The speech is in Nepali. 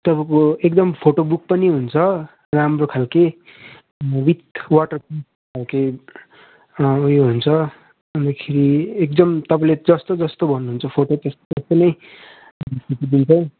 तपाईँको एकदम फोटो बुक पनि हुन्छ राम्रो खाल्के विथ वाटर प्रुफ खाल्के उयो हुन्छ अन्तखेरि एकदम तपाईँले जस्तो जस्तो भन्नुहुन्छ फोटो त्यस्तो त्यस्तो नै खिचिदिन्छौँ